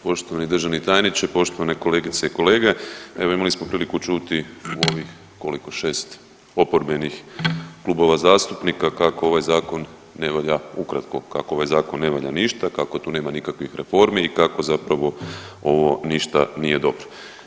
Poštovani državni tajniče, poštovane kolegice i kolege evo imali smo priliku čuti u ovih koliko 6 oporbenih klubova zastupnika kako ovaj zakon ne valja ukratko, kako ovaj zakon ne valja ništa, kako tu nema nikakvih reformi i kako zapravo ovo ništa nije dobro.